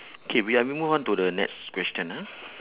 K we are moving on to the next question ah